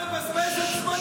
חבל שהשר מבזבז את זמנו.